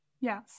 yes